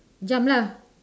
jump lah